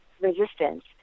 resistance